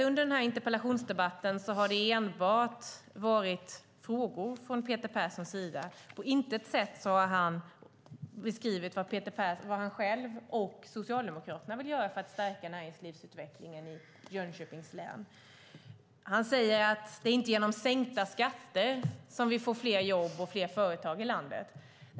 Under denna interpellationsdebatt har det enbart varit frågor från Peter Perssons sida. På intet sätt har han beskrivit vad han själv och Socialdemokraterna vill göra för att stärka näringslivsutvecklingen i Jönköpings län. Han säger att det inte är genom sänkta skatter vi får fler jobb och fler företag i landet.